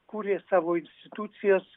kūrė savo institucijas